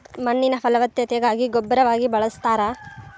ಮಣ್ಣಿನ ಫಲವತ್ತತೆಗಾಗಿ ಗೊಬ್ಬರವಾಗಿ ಬಳಸ್ತಾರ